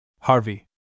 Harvey